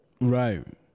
right